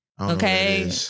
Okay